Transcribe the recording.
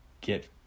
get